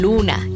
Luna